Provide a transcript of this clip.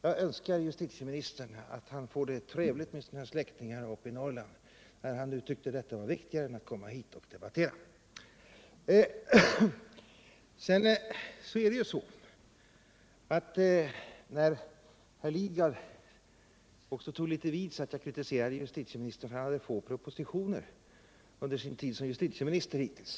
Jag hoppas att justitieministern får det trevligt med sina släktingar uppe i Norrland, när han nu tyckte att detta var viktigare än att komma hit och debattera. Herr Lidgard tog vid sig litet när jag kritiserade justitieministern för att denne hade för få propositioner under sin tid som justitieminister hittills.